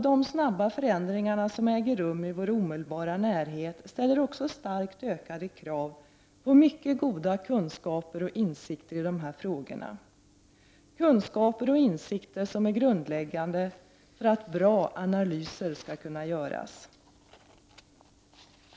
De snabba förändringarna som äger rum i vår omedelbara närhet ställer också starkt ökade krav på mycket goda kunskaper och insikter i dessa frågor, kunskaper och insikter som är grundläggande för att bra analyser skall kunna göras.